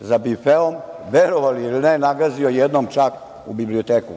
za bifeom, verovali ili ne, nagazio jednom čak u biblioteku